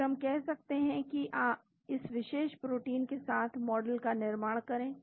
फिर हम कह सकते हैं कि इस विशेष प्रोटीन के साथ मॉडल का निर्माण करें